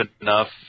enough